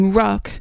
rock